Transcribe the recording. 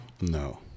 No